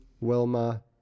Wilma